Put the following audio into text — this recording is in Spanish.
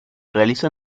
realiza